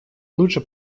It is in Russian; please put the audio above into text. лучше